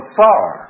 far